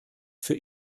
für